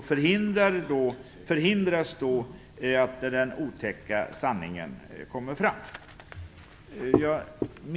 I det här fallet förhindras att den otäcka sanningen kommer fram.